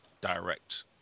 direct